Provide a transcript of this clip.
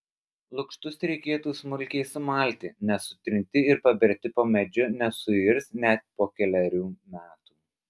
lukštus reikėtų smulkiai sumalti nes sutrinti ir paberti po medžiu nesuirs net po kelerių metų